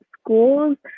schools